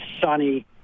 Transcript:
sunny